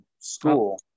School